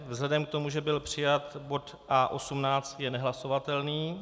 Vzhledem k tomu, že byl přijat bod A18, je nehlasovatelný.